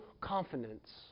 confidence